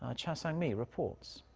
ah cha sang-mi reports.